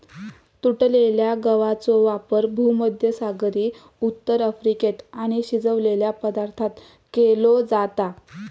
तुटलेल्या गवाचो वापर भुमध्यसागरी उत्तर अफ्रिकेत आणि शिजवलेल्या पदार्थांत केलो जाता